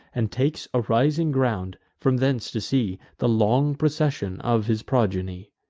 and takes a rising ground, from thence to see the long procession of his progeny.